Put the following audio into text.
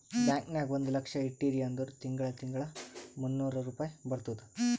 bank ನಾಗ್ ಒಂದ್ ಲಕ್ಷ ಇಟ್ಟಿರಿ ಅಂದುರ್ ತಿಂಗಳಾ ತಿಂಗಳಾ ಮೂನ್ನೂರ್ ರುಪಾಯಿ ಬರ್ತುದ್